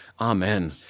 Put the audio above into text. Amen